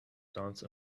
dance